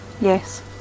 Yes